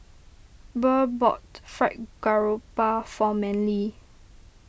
Burr bought Fried Garoupa for Manley